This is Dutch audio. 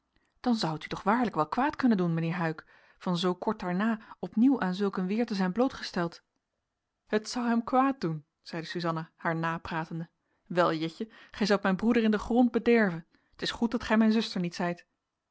dan zou het u toch waarlijk wel kwaad kunnen doen mijnheer huyck van zoo kort daarna opnieuw aan zulk een weer te zijn blootgesteld het zou hem kwaad doen zeide suzanna haar napratende wel jetje gij zoudt mijn broeder in den grond bederven t is goed dat gij mijn zuster niet zijt